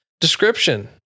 description